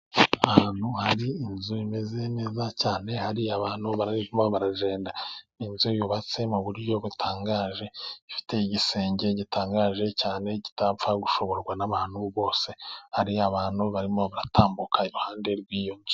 Ahantu hari inzu imeze neza cyane hari abantu barimo baragenda, inzu yubatse mu buryo butangaje ifite igisenge gitangaje cyane, kitapfa gushoborwa n'abantu bose, hari abantu barimo baratambuka iruhande rw'iyo nzu.